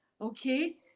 okay